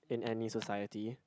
in any society